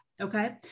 Okay